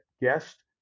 guest